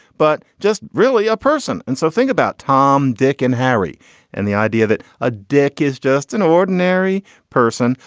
but just really a person. and so think about tom, dick and harry and the idea that a dick is just an ordinary person.